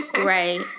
Right